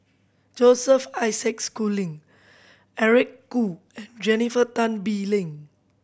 Joseph Isaac Schooling Eric Khoo and Jennifer Tan Bee Ling